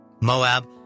Moab